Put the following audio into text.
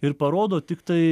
ir parodo tiktai